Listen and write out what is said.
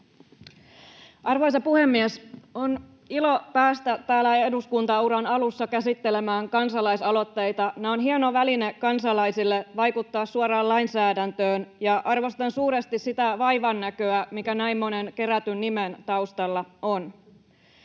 Arvoisa puhemies! On ilo päästä täällä eduskuntauran alussa käsittelemään kansalaisaloitteita. Ne on hieno väline kansalaisille vaikuttaa suoraan lainsäädäntöön, ja arvostan suuresti sitä vaivannäköä, mikä näin monen kerätyn nimen taustalla on.